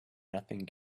nothing